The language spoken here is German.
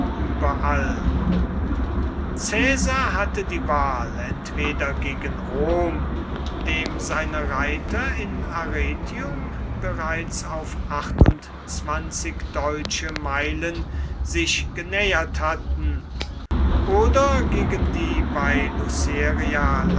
überall caesar hatte die wahl entweder gegen rom dem seine reiter in arretium bereits auf deutsche meilen sich genähert hatten oder gegen die bei